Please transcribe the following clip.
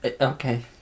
Okay